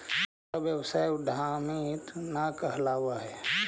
छोटा व्यवसाय उद्यमीट न कहलावऽ हई